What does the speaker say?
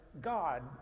God